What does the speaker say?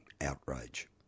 outrage